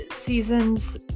seasons